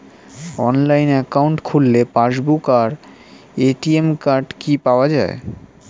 Online account খুললে passbook আর ATM card কি পাওয়া যায়?